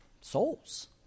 Souls